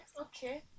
Okay